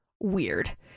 weird